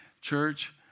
Church